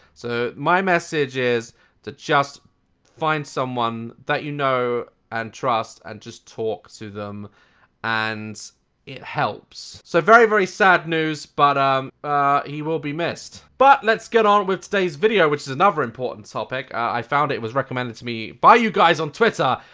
so my message is to just find someone that you know and trust and just talk to them and it helps. so very very sad news but um ah he will be missed. but let's get on with today's video, which is another important topic. i found it was recommended to me by you guys on twitter,